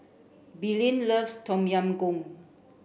Belen loves Tom Yam Goong